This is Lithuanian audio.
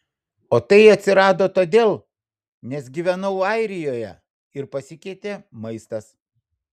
o tai atsirado todėl nes gyvenau airijoje ir pasikeitė maistas